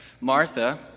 Martha